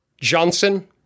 Johnson